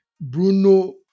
Bruno